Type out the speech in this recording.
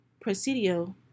Presidio